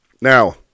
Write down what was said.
now